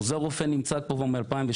עוזר רופא נמצא פה כבר מ-2013,